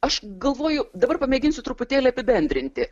aš galvoju dabar pamėginsiu truputėlį apibendrinti